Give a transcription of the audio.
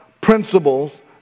principles